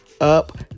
up